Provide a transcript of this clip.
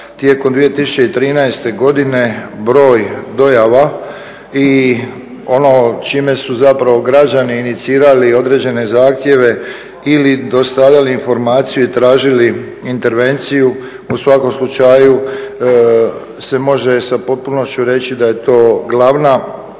tijekom 2013. godine broj dojava i ono čime su zapravo građani inicirali određene zahtjeve ili dostavljali informaciju i tražili intervenciju u svakom slučaju se može sa potpunošću reći da je to glavna